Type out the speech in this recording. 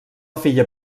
filla